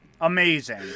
Amazing